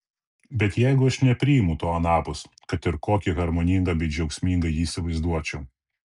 bet jeigu aš nepriimu to anapus kad ir kokį harmoningą bei džiaugsmingą jį įsivaizduočiau